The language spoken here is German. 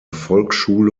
volksschule